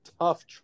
tough